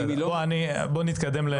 בוא נתקדם.